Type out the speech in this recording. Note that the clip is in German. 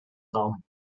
raum